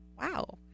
wow